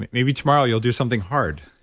maybe tomorrow you'll do something hard.